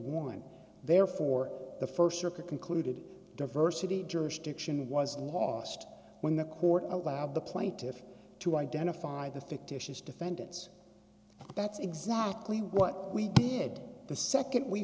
dollars therefore the st circuit concluded diversity jurisdiction was lost when the court allowed the plaintiffs to identify the fictitious defendants that's exactly what we did the nd we